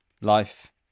life